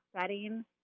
setting